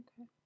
Okay